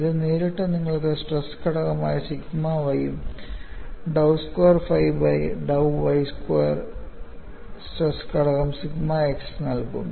ഇത് നേരിട്ട് നിങ്ങൾക്ക് സ്ട്രെസ് ഘടകമായ സിഗ്മ yയും dou square phi by dou y square stress ഘടകം സിഗ്മ x നൽകും